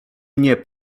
mnie